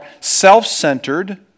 self-centered